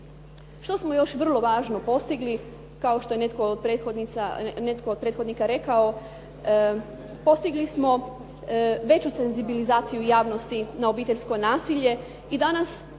Što smo još vrlo važno postigli. Kao što je netko od prethodnika rekao, postigli smo veću senzibilizaciju javnosti na obiteljsko nasilje i danas